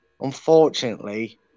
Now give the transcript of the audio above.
unfortunately